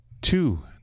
two